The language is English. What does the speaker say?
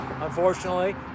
unfortunately